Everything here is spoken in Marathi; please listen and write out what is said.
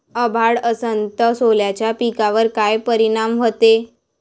अभाळ असन तं सोल्याच्या पिकावर काय परिनाम व्हते?